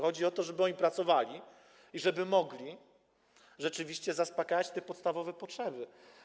Chodzi o to, żeby oni pracowali i żeby mogli rzeczywiście zaspokajać te podstawowe potrzeby.